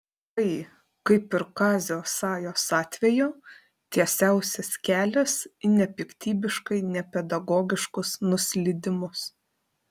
tai kaip ir kazio sajos atveju tiesiausias kelias į nepiktybiškai nepedagogiškus nuslydimus